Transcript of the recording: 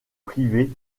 privées